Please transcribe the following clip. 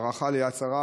ההערכה ליד שרה,